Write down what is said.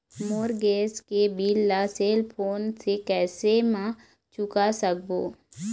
मोर gas के bill ला cell phone से कैसे म चुका सकबो?